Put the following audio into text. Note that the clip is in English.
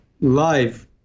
live